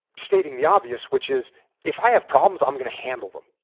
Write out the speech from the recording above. stating the obvious, which is if i have problems, i'm going to handle them.